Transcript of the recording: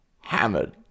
hammered